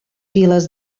files